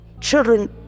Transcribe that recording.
children